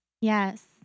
yes